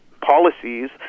policies